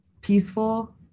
peaceful